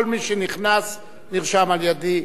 כל מי שנכנס נרשם על-ידי,